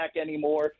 anymore